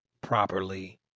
properly